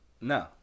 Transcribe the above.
No